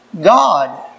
God